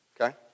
Okay